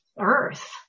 earth